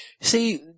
See